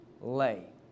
lay